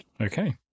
okay